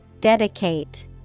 Dedicate